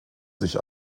sich